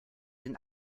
den